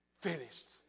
finished